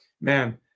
man